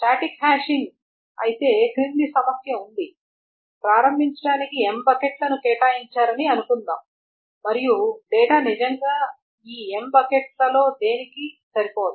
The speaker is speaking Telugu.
స్టాటిక్ హ్యాషింగ్ అయితే కింది సమస్య ఉంది ప్రారంభించడానికి m బకెట్లను కేటాయించారని అనుకుందాం మరియు డేటా నిజంగా ఈ m బకెట్లలో దేనికీ సరిపోదు